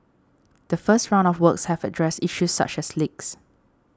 the first round of works have addressed issues such as leaks